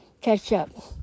ketchup